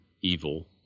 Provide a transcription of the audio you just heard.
evil